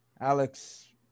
Alex